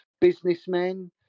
businessmen